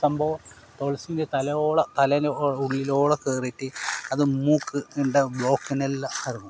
സംഭവം തുളസിന്റെ തലയോള തലയുടെ ഉള്ളിലോളേ കയറിയിട്ട് അത് മൂക്കിന്റെ ബ്ലോക്കിനെയെല്ലാം ഇറങ്ങും